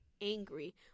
angry